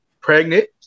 pregnant